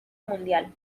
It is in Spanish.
mundial